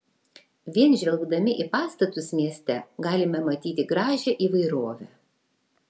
vien žvelgdami į pastatus mieste galime matyti gražią įvairovę